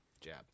jab